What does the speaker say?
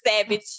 savage